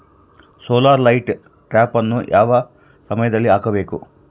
Solar light ಟ್ರಾಪನ್ನು ಯಾವ ಸಮಯದಲ್ಲಿ ಹಾಕಬೇಕು?